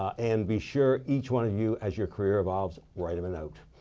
and be sure each one of you as your career evolves, write him a note.